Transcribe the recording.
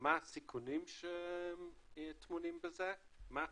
מה הסיכונים שטמונים בזה ומה התשואות,